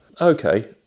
Okay